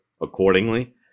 accordingly